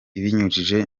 ibinyujije